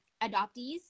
adoptees